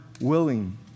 willing